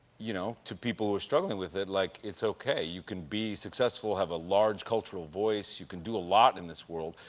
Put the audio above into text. you know, to people who are struggling with it, like, it's okay. you can be successful, have a large cultural voice. you can do a lot in this world.